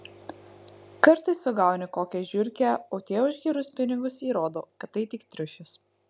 kartais sugauni kokią žiurkę o tie už gerus pinigus įrodo kad tai tik triušis